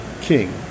king